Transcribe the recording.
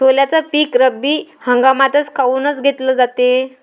सोल्याचं पीक रब्बी हंगामातच काऊन घेतलं जाते?